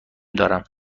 دارم